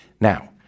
Now